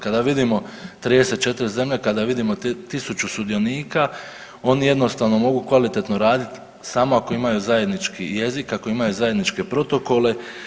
Kada vidimo 34 zemlje, kada vidimo 1.000 sudionika oni jednostavno mogu kvalitetno raditi samo ako imaju zajednički jezik, ako imaju zajedničke protokole.